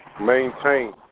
maintain